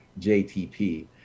JTP